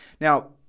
Now